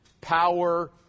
power